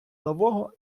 нового